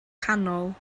canol